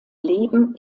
leben